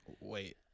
Wait